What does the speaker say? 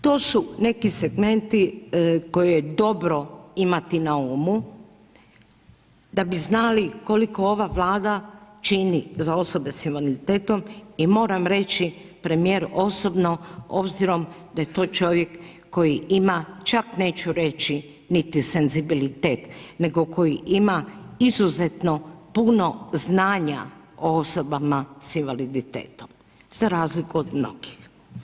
To su neki segmenti koje je dobro imati na umu da bi znali koliko ova Vlada čini za osobe sa invaliditetom i moram reći premijer osobno obzirom da je to čovjek koji ima, čak neću reći niti senzibilitet, nego koji ima izuzetno puno znanja o osobama sa invaliditetom za razliku od mnogih.